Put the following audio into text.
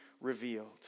revealed